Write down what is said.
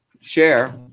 share